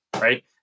right